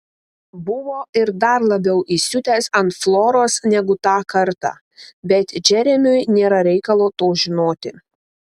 buvo ir dar labiau įsiutęs ant floros negu tą kartą bet džeremiui nėra reikalo to žinoti